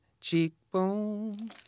cheekbone